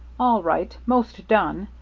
all right most done.